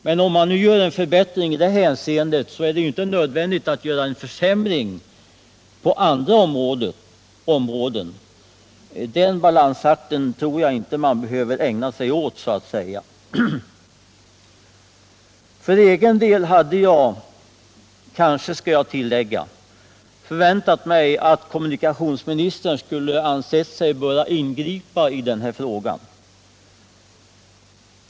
Men om man nu gör en förbättring i det hänseendet är det väl inte nödvändigt att göra en försämring på andra områden; den balansakten tror jag inte man behöver ägna sig åt. För egen del hade jag, kanske jag skall tillägga, förväntat mig att kommunikationsministern skulle ha ansett sig böra ingripa i den här frågan.